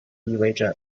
意味着